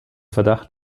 verdacht